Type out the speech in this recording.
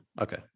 Okay